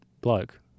bloke